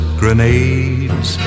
grenades